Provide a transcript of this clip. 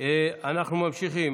אנחנו ממשיכים.